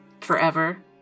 Forever